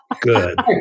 Good